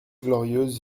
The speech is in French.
glorieuse